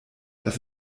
das